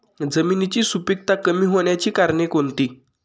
जमिनीची सुपिकता कमी होण्याची कारणे कोणती?